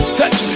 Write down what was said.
touch